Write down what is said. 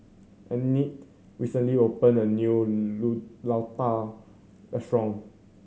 Annette recently opened a new Ladoo Restaurant